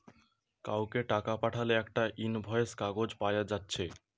কাউকে টাকা পাঠালে একটা ইনভয়েস কাগজ পায়া যাচ্ছে